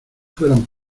fueran